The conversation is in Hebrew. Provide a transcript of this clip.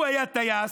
הוא היה טייס,